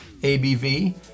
ABV